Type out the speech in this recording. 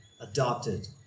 adopted